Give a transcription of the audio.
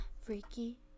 freaky